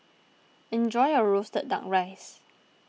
enjoy your Roasted Duck Rice